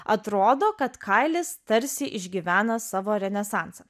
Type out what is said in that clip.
atrodo kad kailis tarsi išgyvena savo renesansą